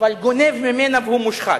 אבל גונב ממנה והוא מושחת?